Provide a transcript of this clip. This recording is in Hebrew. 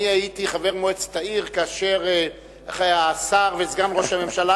אני הייתי חבר מועצת העיר כאשר השר וסגן ראש הממשלה